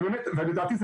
לדעתי,